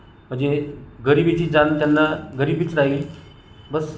म्हणजे गरिबीची जाण त्यांना गरिबीच राहील बस्स